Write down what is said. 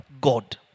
God